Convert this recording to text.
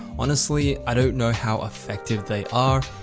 honestly, i don't know how effective they are,